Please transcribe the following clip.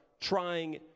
trying